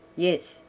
yes,